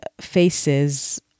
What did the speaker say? faces